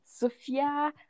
Sofia